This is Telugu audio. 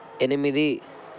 ఎనిమిది